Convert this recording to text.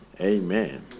amen